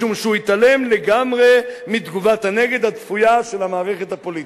משום שהוא התעלם לגמרי מתגובת הנגד הצפויה של המערכת הפוליטית."